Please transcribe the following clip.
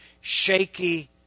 shaky